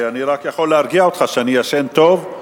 אני רק יכול להרגיע אותך שאני ישן טוב,